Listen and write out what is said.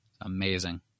Amazing